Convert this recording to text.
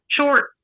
short